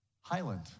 Highland